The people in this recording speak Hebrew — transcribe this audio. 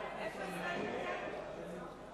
אזרחות לקטינים בני